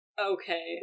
okay